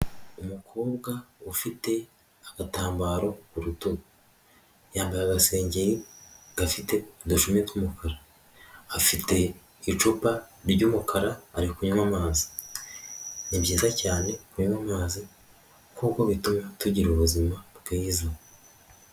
Umukobwa ufite agatambaro ku rutugu, yambaye agasengeri gafite udushumi tw'umukara, afite icupa ry'umukara ari kunywa amazi, ni byiza cyane kunywa amazi kuko bituma tugira ubuzima bwiza.